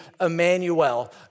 Emmanuel